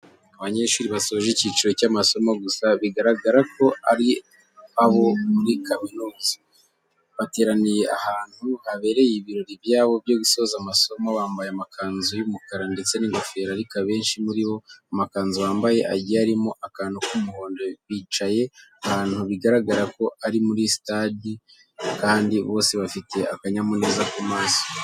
Abanyeshuri basoje icyiciro cy'amasomo gusa bigaragara ko ari abo muri kaminuza, bateraniye ahantu habereye ibirori byabo byo gusoza amasomo. Bambaye amakanzu y'umukara ndetse n'ingofero ariko abenshi muri bo amakanzu bambaye agiye arimo akantu k'umuhondo. Bicaye ahantu bigaragara ko ari muri sitade kandi bose bafite akanyamuneza ku maso.